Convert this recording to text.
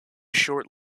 short